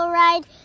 ride